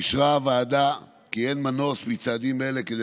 אישרה הוועדה כי אין מנוס מצעדים אלה כדי